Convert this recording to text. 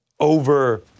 Over